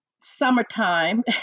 summertime